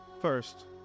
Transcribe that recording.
first